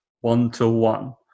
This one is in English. One-to-one